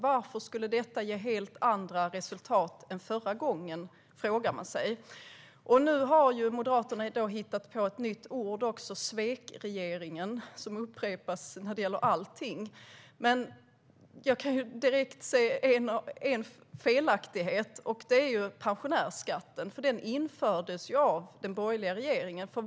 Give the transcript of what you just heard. Varför skulle detta ge helt andra resultat än förra gången? Nu har Moderaterna hittat på ett nytt ord, svekregeringen, som upprepas när det gäller allting. Jag kan direkt se en felaktighet, och det är pensionärsskatten. Den infördes ju av den borgerliga regeringen.